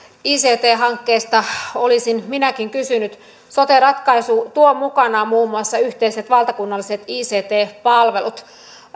ict hankkeista olisin minäkin kysynyt sote ratkaisu tuo mukanaan muun muassa yhteiset valtakunnalliset ict palvelut